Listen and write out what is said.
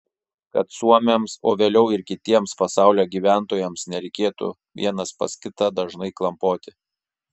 kad suomiams o vėliau ir kitiems pasaulio gyventojams nereikėtų vienas pas kitą dažnai klampoti